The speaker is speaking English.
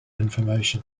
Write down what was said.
information